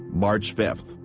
march five,